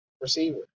receiver